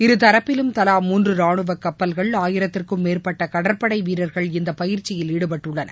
இருதாப்பிலும் தலா மூன்று ராணுவ கப்பல்கள் ஆயிரத்திற்கும் மேற்பட்ட கடற்படை வீரர்கள் இந்த பயிற்சியில் ஈடுபட்டுள்ளனர்